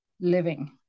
living